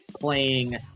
playing